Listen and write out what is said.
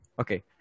Okay